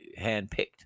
handpicked